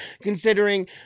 considering